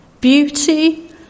beauty